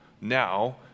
Now